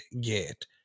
get